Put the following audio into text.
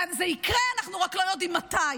זה יקרה, אנחנו רק לא יודעים מתי.